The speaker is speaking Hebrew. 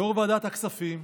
יו"ר ועדת הכספים,